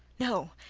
no.